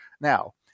Now